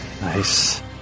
Nice